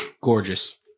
Gorgeous